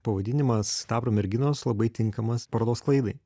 pavadinimas sidabro merginos labai tinkamas parodos sklaidai